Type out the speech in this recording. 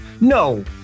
No